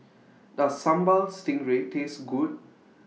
Does Sambal Stingray Taste Good